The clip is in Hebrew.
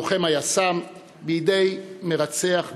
לוחם היס"מ, בידי מרצח בן-עוולה.